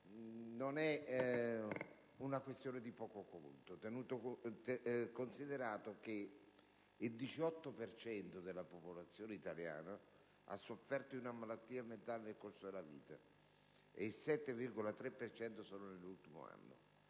di una questione di poco conto, considerato che il 18 per cento della popolazione italiana ha sofferto di una malattia mentale nel corso della vita e il 7,3 per cento solo nell'ultimo anno.